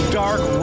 dark